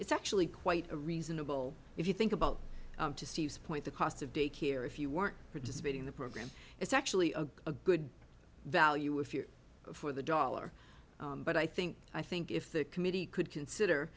it's actually quite a reasonable if you think about steve's point the cost of daycare if you weren't participating in the program it's actually a good value if you're for the dollar but i think i think if the committee could consider